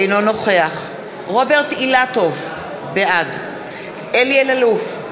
אינו נוכח רוברט אילטוב, בעד אלי אלאלוף,